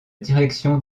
direction